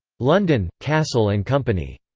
london cassell and company.